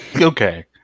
Okay